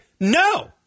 No